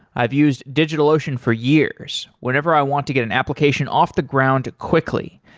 i've used digitalocean for years whenever i want to get an application off the ground quickly,